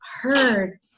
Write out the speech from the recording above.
heard